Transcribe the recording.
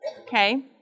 Okay